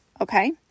okay